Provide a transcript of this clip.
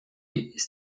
ist